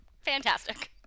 fantastic